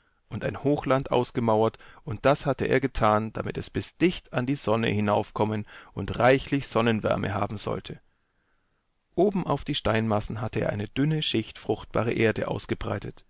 für ein land wäre wie wärme darumhatteereineunendlichemengevonsteinenundfelsblöcken zusammengesammeltundeinhochlandausgemauert unddashatteergetan damit es bis dicht an die sonne hinaufkommen und reichlich sonnenwärme habensollte obenaufdiesteinmassenhatteereinedünneschichtfruchtbare erde ausgebreitet